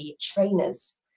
trainers